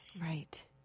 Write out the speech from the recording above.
Right